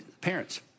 Parents